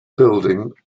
building